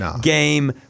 game